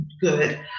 good